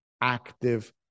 Active